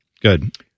good